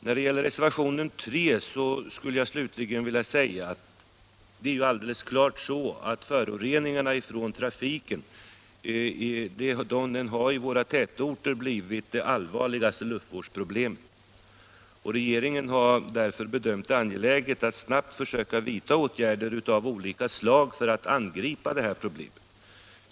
När det gäller reservationen 2 skulle jag slutligen vilja säga att det är helt klart att föroreningarna från trafiken har blivit det allvarligaste luftvårdsproblemet i våra tätorter. Regeringen har därför bedömt det som angeläget att snabbt försöka vidta åtgärder av olika slag för att angripa det här problemet.